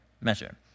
measure